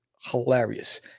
hilarious